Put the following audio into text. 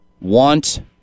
want